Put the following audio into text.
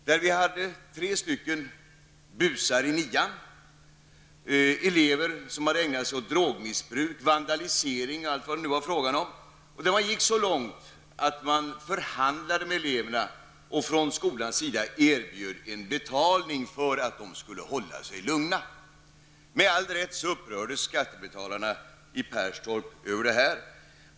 Det gällde tre busar i nian, elever som hade ägnat sig åt drogmissbruk, vandalisering och vad det allt var fråga om. Det gick så långt att man från skolans sida förhandlade med eleverna och erbjöd betalning för att de skulle hålla sig lugna. Med all rätt upprördes skattebetalarna i Perstorp över det.